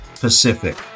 Pacific